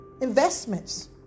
investments